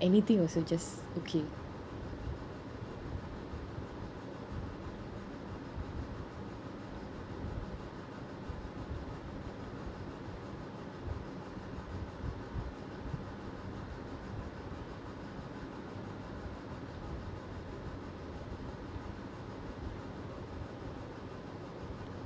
anything also just okay